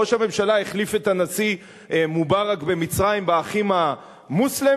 ראש הממשלה החליף את הנשיא מובארק במצרים ב"אחים המוסלמים"?